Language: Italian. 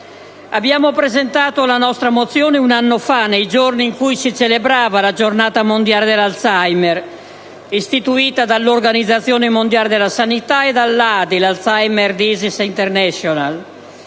Abbiamo presentato la mozione n. 320 un anno fa, nei giorni in cui si celebrava la XVII Giornata mondiale dell'Alzheimer, istituita dall'Organizzazione mondiale della sanità e dall'*Alzheimer's Desease International*